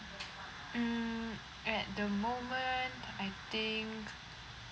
mm at the moment I think